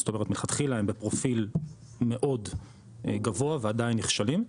זאת אומרת מלכתחילה הם בפרופיל מאוד גבוה והם עדיין נכשלים,